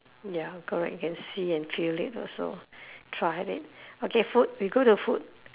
ya correct can see and feel it also try it okay food we go to food